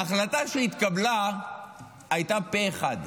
ההחלטה שהתקבלה הייתה פה אחד.